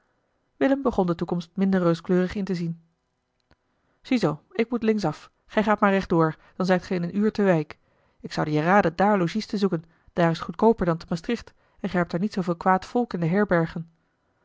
willem begon de toekomst minder rooskleurig in te zien zie zoo ik moet linksaf gij gaat maar recht door dan zijt ge in een uur te wijk ik zoude je raden daar logies te zoeken daar is t goedkooper dan te maastricht en ge hebt er niet zooveel kwaad volk in de herbergen